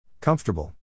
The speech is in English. Comfortable